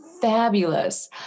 fabulous